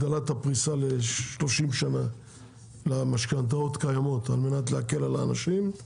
הגדלת הפריסה ל-30 שנה למשכנתאות קיימות על מנת להקל על האנשים.